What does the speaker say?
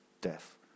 death